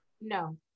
no